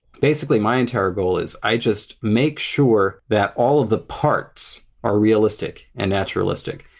basically my entire goal is i just make sure that all of the parts are realistic and naturalistic.